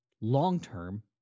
long-term